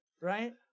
right